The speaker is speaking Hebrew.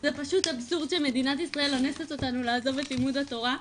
זה פשוט אבסורד שמדינת ישראל אונסת אותנו לעזוב את לימוד התורה,